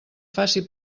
faci